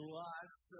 lots